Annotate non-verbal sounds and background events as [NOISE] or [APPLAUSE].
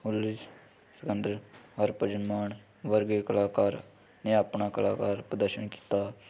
[UNINTELLIGIBLE] ਸਿਕੰਦਰ ਹਰਭਜਨ ਮਾਨ ਵਰਗੇ ਕਲਾਕਾਰ ਨੇ ਆਪਣਾ ਕਲਾਕਾਰ ਪ੍ਰਦਰਸ਼ਨ ਕੀਤਾ